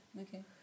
Okay